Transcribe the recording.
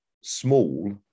small